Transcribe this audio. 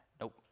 Nope